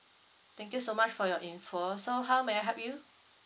thank you so much for your info so how may I help you